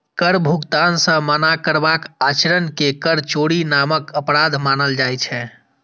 कर भुगतान सं मना करबाक आचरण कें कर चोरी नामक अपराध मानल जाइ छै